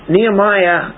Nehemiah